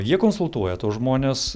jie konsultuoja tuos žmones